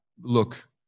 look